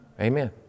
Amen